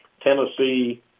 Tennessee